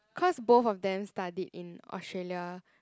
cause both of them studied in Australia